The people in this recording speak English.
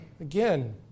Again